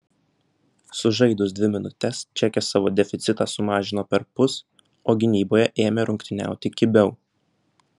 sužaidus dvi minutes čekės savo deficitą sumažino perpus o gynyboje ėmė rungtyniauti kibiau